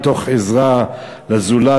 מתוך עזרה לזולת,